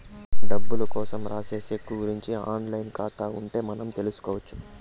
డబ్బులు కోసం రాసే సెక్కు గురుంచి ఆన్ లైన్ ఖాతా ఉంటే మనం తెల్సుకొచ్చు